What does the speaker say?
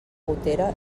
gotera